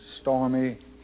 stormy